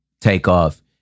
takeoff